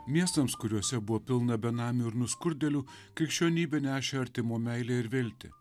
miestams kuriuose buvo pilna benamių ir nuskurdėlių krikščionybė nešė artimo meilę ir viltį